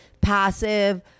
passive